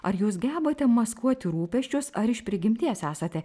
ar jūs gebate maskuoti rūpesčius ar iš prigimties esate